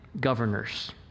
governors